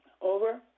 over